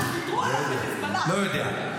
לא יודע.